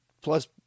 plus